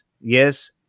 Yes